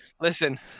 listen